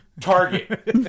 target